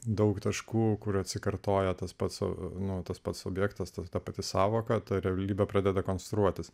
daug taškų kur atsikartoja tas pats su nu tas pats subjektas tas ta pati sąvoka ta realybė pradeda konstruotis